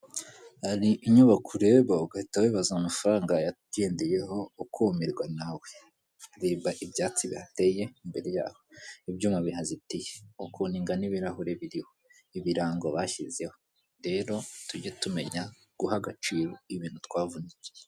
Hari inyubako ureba ugahita wibaza amafaranga yagendeyeho ukumirwa nawe. Reba ibyatsi bihateye imbere, ibyuma bihazitiye, ukuntu ingana, ibirahure biriho, ibirango bashyizeho, rero tujye tumenya guha agaciro ibintu twavunikiye.